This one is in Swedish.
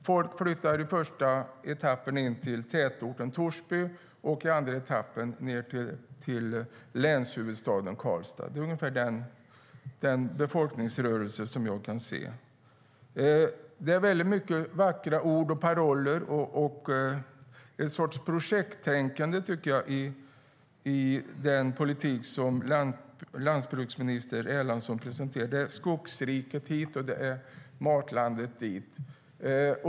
Folk flyttar i första etappen in till tätorten Torsby och i andra etappen ned till länshuvudstaden Karlstad. Det är ungefär den befolkningsrörelse som jag kan se. Det är mycket vackra ord och paroller och en sorts projekttänkande i den politik som landsbygdsminister Erlandsson presenterar. Det är Skogsriket hit och Matlandet dit.